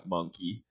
Monkey